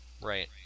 right